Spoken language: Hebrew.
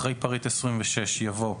אחרי פרט 26 יבוא: